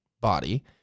body